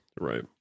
Right